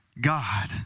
God